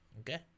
Okay